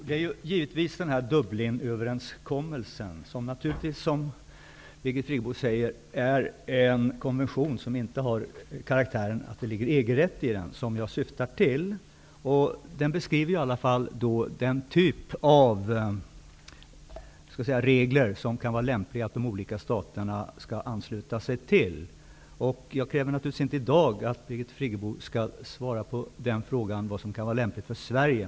Herr talman! Dublinöverenskommelsen är, som Birgit Friggebo säger, naturligtvis en konvention som inte har karaktären av EG-rätt. Men Dublinöverenskommelsen betecknar ändå den typ av regler som det kan vara lämpligt för de olika staterna att ansluta sig till. Jag kräver naturligtvis inte att Birgit Friggebo i dag skall svara på frågan om vad som kan vara lämpligt för Sverige.